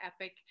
epic